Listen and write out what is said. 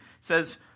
says